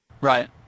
Right